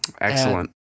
Excellent